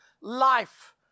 life